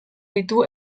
ditu